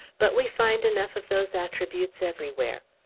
but we find enough of those attributes everywhere.